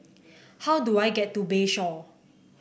how do I get to Bayshore